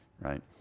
right